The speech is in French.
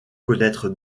connaître